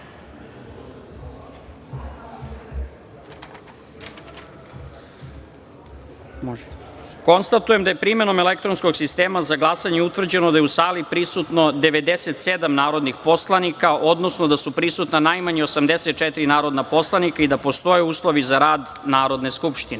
glasanje. Konstatujem da je, primenom elektronskog sistema za glasanje, utvrđeno da je u sali prisutno 97 narodnih poslanika, odnosno da su prisutna najmanje 84 narodna poslanika i da postoje uslovi za rad Narodne